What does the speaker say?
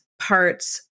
parts